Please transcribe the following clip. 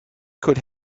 could